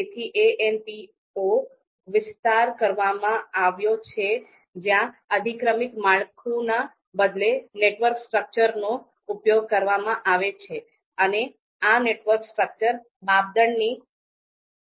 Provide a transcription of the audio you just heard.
તેથી ANP ઓ વિસ્તાર કરવામાં આવ્યો છે જ્યાં અધિક્રમિક માળખુંના બદલે નેટવર્ક સ્ટ્રક્ચરનો ઉપયોગ કરવામાં આવે છે અને આ નેટવર્ક સ્ટ્રક્ચર માપદંડની